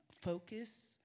focus